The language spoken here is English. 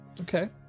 Okay